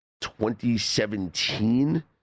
2017